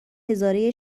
هزاره